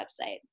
website